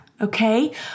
okay